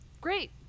Great